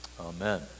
Amen